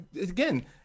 again